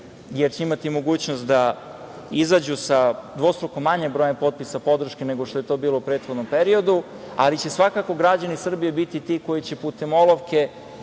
jer će imati mogućnost da izađu sa dvostruko manjim brojem potpisa podrške, nego što je to bilo u prethodnom periodu, ali će svakako građani Srbije biti ti koji će putem olovke